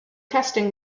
testing